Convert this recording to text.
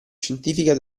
scientifica